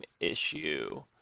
issue